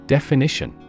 Definition